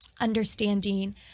understanding